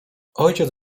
ojciec